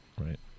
Right